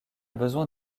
besoin